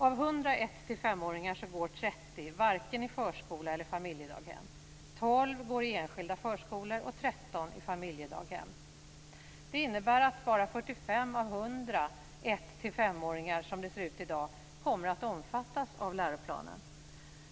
Av 100 1-5-åringar går 30 varken i förskola eller i familjedaghem. 12 går i enskilda förskolor och 13 i familjedaghem. Det innebär att bara 45 av 100 1-5 åringar som det ser ut i dag kommer att omfattas av läroplanen.